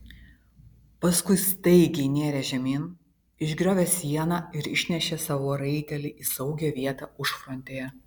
paskui staigiai nėrė žemyn išgriovė sieną ir išnešė savo raitelį į saugią vietą užfrontėje